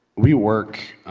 we work,